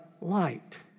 light